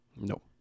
No